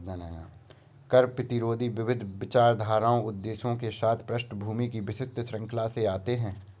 कर प्रतिरोधी विविध विचारधाराओं उद्देश्यों के साथ पृष्ठभूमि की विस्तृत श्रृंखला से आते है